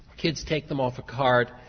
kids take them off a cart,